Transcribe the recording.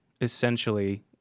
essentially